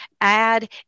add